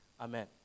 Amen